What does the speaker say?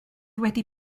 wedi